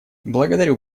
благодарю